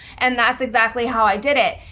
and that's exactly how i did it.